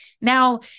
Now